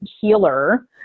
healer